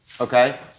Okay